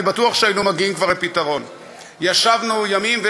אני בטוח שכבר היינו מגיעים לפתרון.